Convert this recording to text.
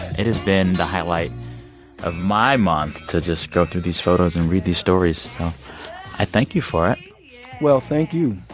it has been the highlight of my month to just go through these photos and read these stories, so i thank you for it well, thank you